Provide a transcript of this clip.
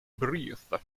breathe